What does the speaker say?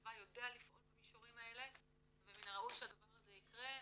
הצבא יודע לפעול במישורים האלה ומן הראוי שהדבר הזה יקרה,